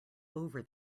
over